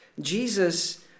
Jesus